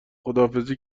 خداحافظی